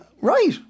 Right